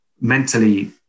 mentally